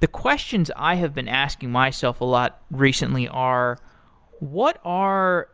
the questions i have been asking myself a lot recently are what are